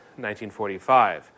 1945